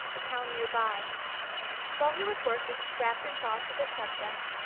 a town near by while he was working, wrapt in thoughts of his subject,